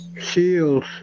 seals